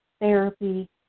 therapy